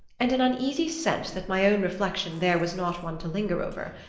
and an uneasy sense that my own reflection there was not one to linger over.